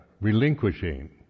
relinquishing